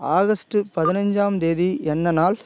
August பதினைஞ்சாம் தேதி என்ன நாள்